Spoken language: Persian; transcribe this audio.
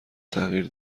تغییر